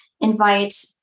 invite